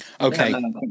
okay